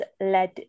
led